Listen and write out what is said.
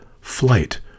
flight